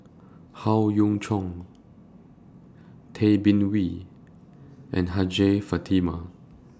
Howe Yoon Chong Tay Bin Wee and Hajjah Fatimah